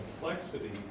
complexity